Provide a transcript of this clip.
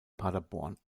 paderborn